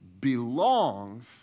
belongs